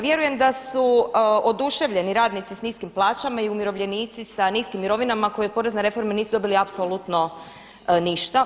Vjerujem da su oduševljeni radnici sa niskim plaćama i umirovljenici sa niskim mirovinama koji od porezne reforme nisu dobili apsolutno ništa.